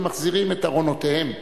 ומחזירים את ארונותיהם.